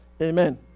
Amen